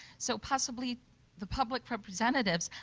so possibly the public representatives,